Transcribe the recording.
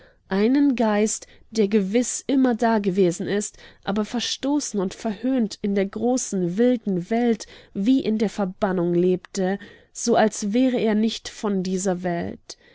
einen geist der gewiß immer dagewesen ist aber verstoßen und verhöhnt in der großen wilden welt wie in der verbannung lebte so als wäre er nicht von dieser welt